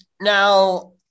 Now